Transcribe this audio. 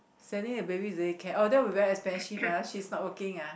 sending the baby to baby care oh that would very expensive ah she is not working ah